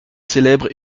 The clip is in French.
célèbre